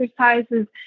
exercises